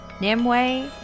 Nimue